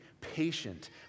patient